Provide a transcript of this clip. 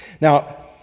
Now